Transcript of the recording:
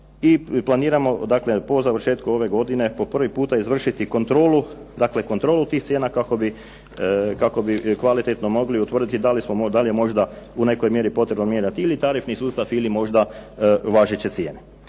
i planiramo po završetku ove godine po prvi puta izvršiti kontrolu tih cijena kako bi kvalitetno mogli utvrditi da li je možda u nekoj mjeri potrebno mijenjati ili tarifni sustav ili možda važeće cijene.